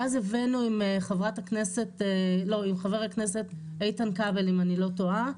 ואז הבאנו עם ח"כ איתן כבל אם אני לא טועה,